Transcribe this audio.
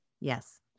Yes